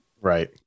right